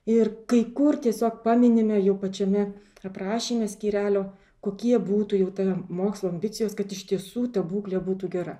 ir kai kur tiesiog paminime jau pačiame aprašyme skyrelio kokie būtų jau tada mokslo ambicijos kad iš tiesų ta būklė būtų gera